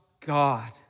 God